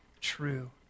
true